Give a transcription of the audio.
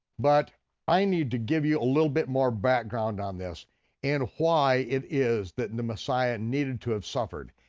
but i need to give you a little bit more background on this and why it is that and the messiah needed to have suffered,